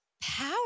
power